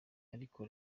ariko